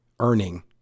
Earning